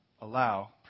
allow